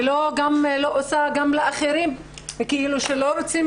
ולא עושה גם לאחרים כאילו שלא רוצים